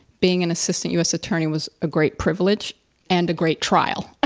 being an assistant us attorney was a great privilege and a great trial.